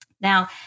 Now